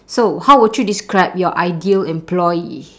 so how would you describe your ideal employee